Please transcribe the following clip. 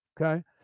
okay